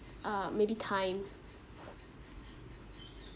uh maybe time